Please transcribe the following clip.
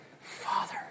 father